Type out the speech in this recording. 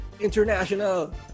international